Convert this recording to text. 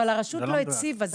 אבל הרשות לא הציבה.